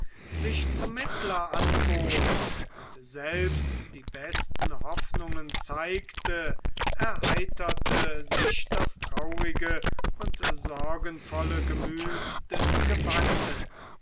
sich zum mittler anbot und selbst die besten hoffnungen zeigte erheiterte sich das traurige und sorgenvolle gemüt des gefangenen